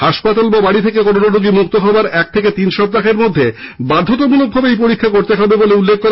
হাসপাতাল বা বাড়ি থেকে করনা রোগী মুক্ত হওয়ার এক থেকে তিন সপ্তাহের মধ্যে বাধ্যতামূলক ভাবে তার যক্ষা পরীক্ষা করতে হবে বলে উল্লেখ করা হয়েছে